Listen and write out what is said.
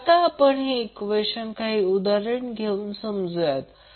आता आपण हे ईक्वेशन काही उदाहरणे घेऊन समजून घेऊया